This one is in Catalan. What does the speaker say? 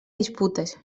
disputes